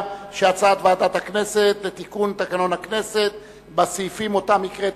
הצעת ועדת הכנסת לתיקון סעיפים 1, 3,